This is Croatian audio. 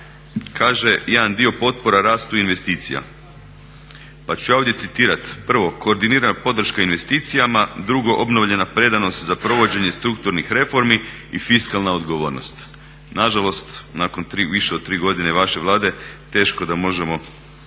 kaže jedan dio potpora rastu investicija pa ću ja ovdje citirat. Prvo, koordinirana podrška investicijama; drugo, obnovljena predanost za provođenje strukturnih reformi i fiskalna odgovornost. Nažalost, nakon više od 3 godine vaše Vlade teško da možemo